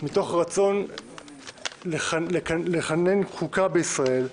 מתוך רצון לכונן חוקה בישראל,